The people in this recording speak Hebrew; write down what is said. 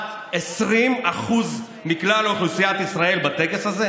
20% מכלל אוכלוסיית ישראל בטקס הזה?